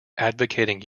advocating